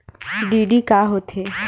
DD का होथे?